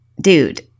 dude